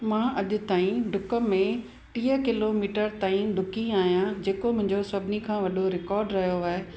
मां अॼु ताईं ॾुक में टीह किलोमीटर ताईं ॾुकी आहियां जेको मुंहिंजो सभिनी खां वॾो रिकॉर्ड रहियो आहे